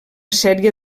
sèrie